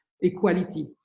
equality